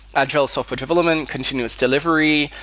agile software development, continuous delivery,